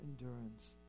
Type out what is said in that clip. endurance